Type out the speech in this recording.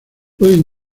pueden